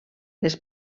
les